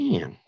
Man